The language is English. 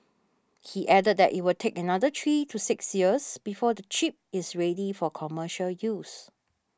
he added that it will take another three to six years before the chip is ready for commercial use